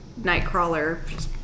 Nightcrawler